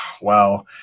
Wow